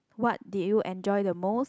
what did you enjoy the most